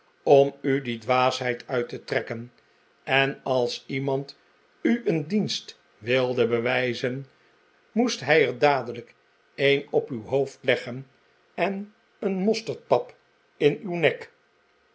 om u die dwaasheid uit te trekken en als iemand u een dienst wilde bewijzen moest hij er dadelijk een op uw hoofd leggen en een mosterdpap in uw nek